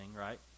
right